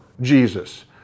Jesus